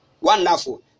wonderful